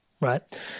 right